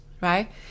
right